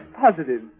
Positive